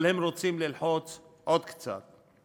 הם רוצים ללחוץ עוד קצת.